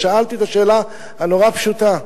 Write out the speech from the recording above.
ושאלתי את השאלה הנורא פשוטה: